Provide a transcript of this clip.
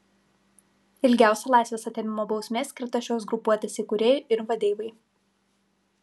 ilgiausia laisvės atėmimo bausmė skirta šios grupuotės įkūrėjui ir vadeivai